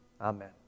amen